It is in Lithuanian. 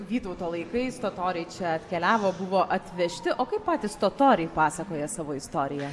vytauto laikais totoriai čia atkeliavo buvo atvežti o kaip patys totoriai pasakoja savo istoriją